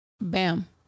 Bam